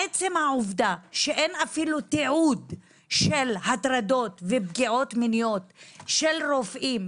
עצם העובדה שאין אפילו תיעוד של הטרדות ופגיעות מיניות של רופאים,